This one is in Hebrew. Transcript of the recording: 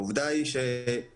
העובדה היא ש-98%,